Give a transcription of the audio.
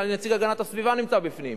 נציג הגנת הסביבה נמצא בפנים.